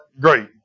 great